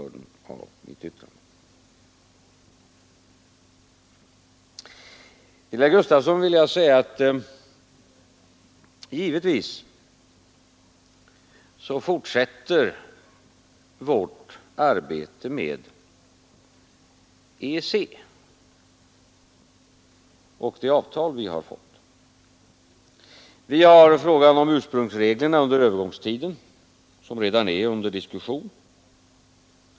Till herr Gustafson i Göteborg vill jag säga att givetvis fortsätter vårt arbete med EEC och det avtal vi har fått. Frågan om ursprungsreglerna under övergångstiden diskuteras redan.